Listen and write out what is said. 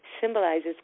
symbolizes